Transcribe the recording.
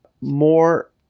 more